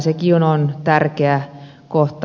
sekin on tärkeä kohta